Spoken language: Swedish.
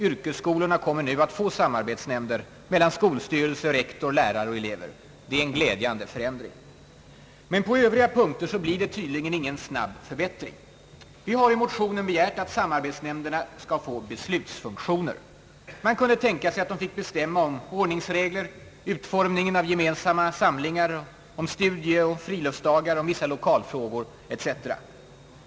Yrkesskolorna kommer nu att få samarbetsnämnder mellan skolstyrelse, rektor, lärare och elever. Det är en glädjande förändring. Men på övriga punkter blir det tydligen ingen snabb förbättring. Vi har i motionen begärt att samarbetsnämnderna skall få beslutsfunktioner. Man kunde tänka sig att de fick bestämma om ordningsregler, utformningen av ge mensamma samlingar, studieoch friluftsdagar, vissa lokalfrågor etc.